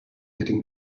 getting